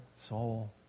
soul